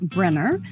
Brenner